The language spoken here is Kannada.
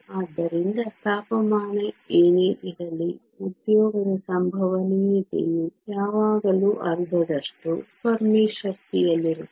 ಆದ್ದರಿಂದ ತಾಪಮಾನ ಏನೇ ಇರಲಿ ಉದ್ಯೋಗದ ಸಂಭವನೀಯತೆಯು ಯಾವಾಗಲೂ ಅರ್ಧದಷ್ಟು ಫೆರ್ಮಿ ಶಕ್ತಿಯಲ್ಲಿರುತ್ತದೆ